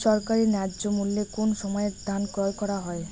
সরকারি ন্যায্য মূল্যে কোন সময় ধান ক্রয় করা হয়?